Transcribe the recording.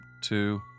two